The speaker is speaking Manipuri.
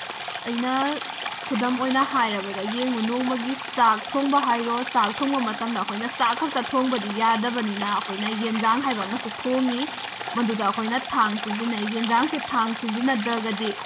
ꯑꯩꯅ ꯈꯨꯗꯝ ꯑꯣꯏꯅ ꯍꯥꯏꯔꯕꯗ ꯌꯦꯡꯉꯨ ꯅꯣꯡꯃꯒꯤ ꯆꯥꯛ ꯊꯣꯡꯕ ꯍꯥꯏꯔꯣ ꯆꯥꯛ ꯊꯣꯡꯕ ꯃꯇꯝꯗ ꯑꯩꯈꯣꯏꯅ ꯆꯥꯛ ꯈꯛꯇ ꯊꯣꯡꯕꯗꯤ ꯌꯥꯗꯕꯅꯤꯅ ꯑꯩꯈꯣꯏꯅ ꯑꯦꯟꯁꯥꯡ ꯍꯥꯏꯕ ꯑꯃꯁꯨ ꯊꯣꯡꯉꯤ ꯃꯗꯨꯗ ꯑꯩꯈꯣꯏꯅ ꯊꯥꯡ ꯁꯤꯖꯤꯟꯅꯩ ꯑꯦꯟꯁꯥꯡꯁꯦ ꯊꯥꯡ ꯁꯤꯖꯤꯟꯅꯗ꯭ꯔꯒꯗꯤ